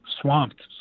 swamped